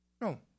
No